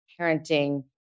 parenting